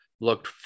looked